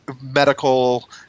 medical